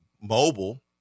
mobile